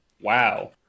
wow